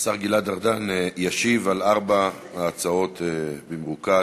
השר גלעד ארדן ישיב על ארבע ההצעות במרוכז,